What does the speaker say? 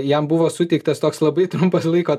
jam buvo suteiktas toks labai trumpas laiko